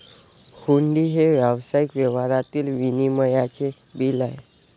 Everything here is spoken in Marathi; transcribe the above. हुंडी हे व्यावसायिक व्यवहारातील विनिमयाचे बिल आहे